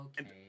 okay